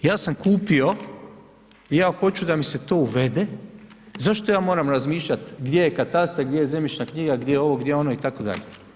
Ja sam kupio i ja hoću da mi se to uvede, zašto ja moram razmišljati gdje je katastar, gdje je zemljišna knjiga, gdje je ovo gdje je ono itd.